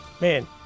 man